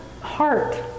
heart